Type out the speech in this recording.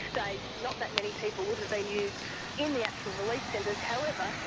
stage, not that many people would have been used in the actual relief centres. however,